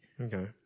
Okay